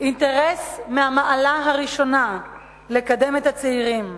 אינטרס מהמעלה הראשונה לקדם את הצעירים.